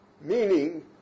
Meaning